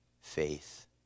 faith